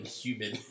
human